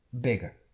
bigger